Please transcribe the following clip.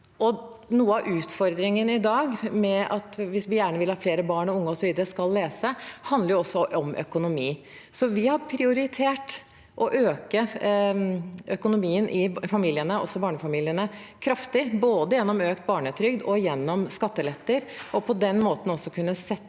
Noe av utfordringen når vi gjerne vil at flere barn og unge osv. skal lese, handler i dag om økonomi. Vi har prioritert å kraftig øke økonomien i familiene, også barnefamiliene, både gjennom økt barnetrygd og gjennom skatteletter, for på den måten å sette